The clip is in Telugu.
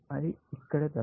అది ఇక్కడ దశ